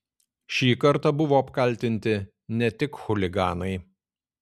šį kartą buvo apkaltinti ne tik chuliganai